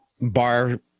bar